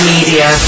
Media